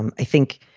and i think,